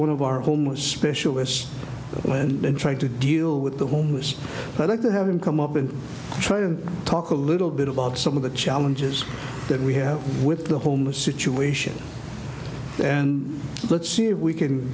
one of our homeless specialists in trying to deal with the homeless i'd like to have him come up and try to talk a little bit about some of the challenges that we have with the homeless situation and let's see if we can